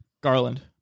Garland